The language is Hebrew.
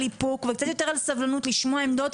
איפוק וקצת יותר על סבלנות לשמוע עמדות,